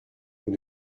vous